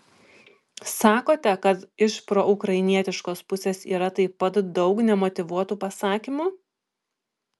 sakote kad iš proukrainietiškos pusės yra taip pat daug nemotyvuotų pasakymų